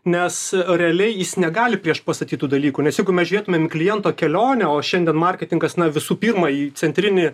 nes realiai jis negali prieš pastatyt tų dalykų nes jeigu mes žėtumėm į kliento kelionę o šiandien marketingas na visų pirma į centrinį